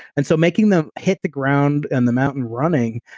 and so making them hit the ground and the mountain running,